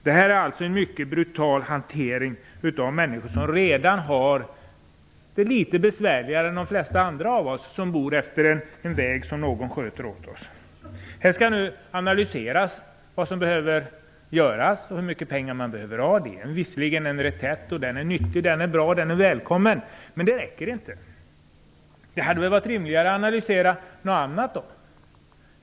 Det här är alltså en mycket brutal hantering av de människor som redan har det litet besvärligare än de flesta andra av oss som bor efter en väg som någon sköter åt oss. Här skall nu analyseras vad som behöver göras, hur mycket pengar man behöver. Det är visserligen en reträtt, och den är nyttig, den är bra, den är välkommen. Men det räcker inte. Det hade varit rimligare att analysera något annat.